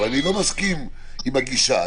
אבל אני לא מסכים עם הגישה.